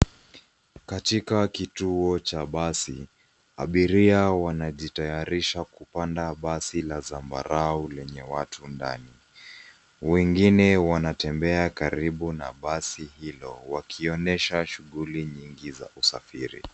Katika kituo cha basi, abiria wanajitayarisha kupanda basi la zambarau lenye watu ndani. Wengine wanatembea karibu na basi hilo ,wakionyesha shughuli nyingi za usafiri.